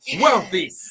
wealthy